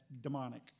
demonic